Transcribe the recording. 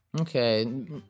okay